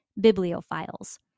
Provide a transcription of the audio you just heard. Bibliophiles